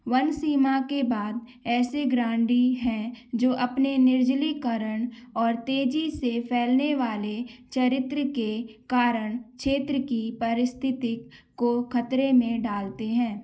one सीमा के बाद ऐसे ग्रांडी हैं जो अपने निर्जलीकरण और तेजी से फैलने वाले चरित्र के कारण क्षेत्र की पारिस्थितिकी को खतरे में डालते हैं